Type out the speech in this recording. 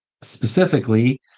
specifically